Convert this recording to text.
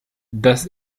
dass